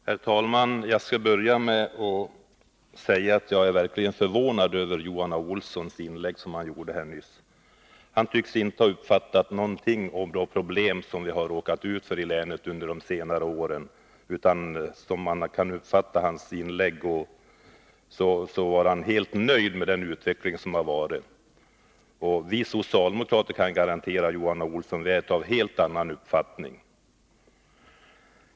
Herr talman! Jag skall börja med att säga att jag verkligen är förvånad över Johan A. Olssons inlägg nyss. Han tycks inte ha uppfattat någonting av de problem som vi i länet har råkat ut för under de senaste åren. Att döma av hans inlägg är han helt nöjd med den utveckling som har varit. Jag kan garantera Johan A. Olsson att vi socialdemokrater är av en helt annan uppfattning.